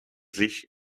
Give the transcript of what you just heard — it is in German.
sich